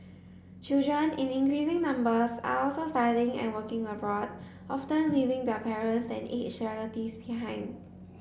children in increasing numbers are also studying and working abroad often leaving their parents and aged relatives behind